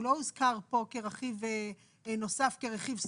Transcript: הוא לא הוזכר פה כרכיב נוסף כרכיב שכר,